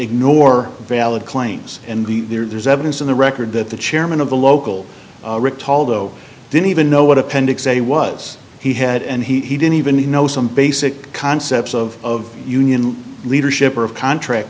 ignore valid claims and the there's evidence on the record that the chairman of the local recall though didn't even know what appendix a was he had and he didn't even know some basic concepts of union leadership or of contract